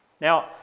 Now